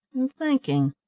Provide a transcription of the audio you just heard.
and thinking.